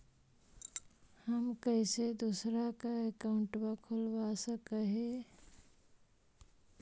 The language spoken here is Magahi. हम कैसे दूसरा का अकाउंट खोलबा सकी ही?